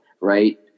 Right